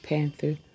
Panther